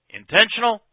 intentional